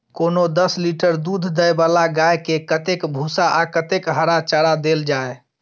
कोनो दस लीटर दूध दै वाला गाय के कतेक भूसा आ कतेक हरा चारा देल जाय?